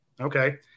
Okay